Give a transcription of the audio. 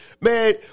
man